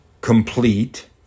complete